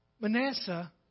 Manasseh